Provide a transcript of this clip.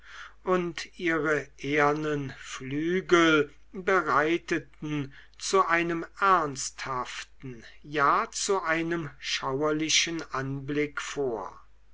und ihre ehernen flügel bereiteten zu einem ernsthaften ja zu einem schauerlichen anblick vor